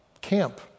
camp